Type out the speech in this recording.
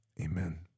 amen